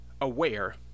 aware